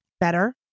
better